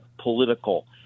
political